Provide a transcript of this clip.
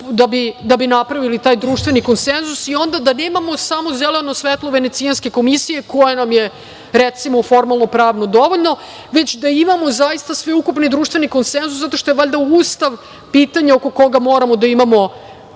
da bi napravili taj društveni konsenzus, i onda da nemamo samo zeleno svetlo Venecijanske komisije, koja nam je recimo formalno pravno dovoljno, već da imamo sveukupni društveni konsenzus, zato što je valjda Ustav pitanje oko koga moramo da imamo